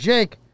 Jake